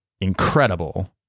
incredible